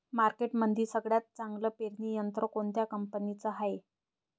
मार्केटमंदी सगळ्यात चांगलं पेरणी यंत्र कोनत्या कंपनीचं हाये?